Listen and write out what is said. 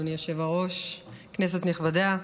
אדוני היושב-ראש, כנסת נכבדה,